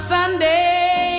Sunday